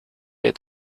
est